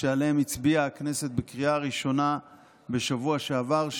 שעליהן הצביעה הכנסת בקריאה ראשונה בשבוע שעבר,